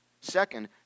second